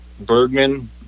bergman